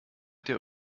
der